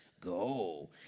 go